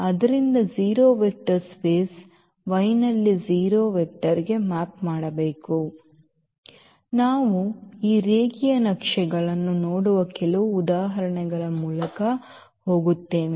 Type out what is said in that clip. ಆದ್ದರಿಂದ 0 vector space Y ನಲ್ಲಿ 0 vector ಗೆ ಮ್ಯಾಪ್ ಮಾಡಬೇಕು ನಾವು ಈ ರೇಖೀಯ ನಕ್ಷೆಗಳನ್ನು ನೋಡುವ ಕೆಲವು ಉದಾಹರಣೆಗಳ ಮೂಲಕ ಹೋಗುತ್ತೇವೆ